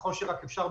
ככל שרק אפשר,